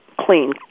clean